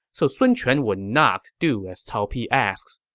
so sun quan would not do as cao pi asks.